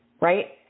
Right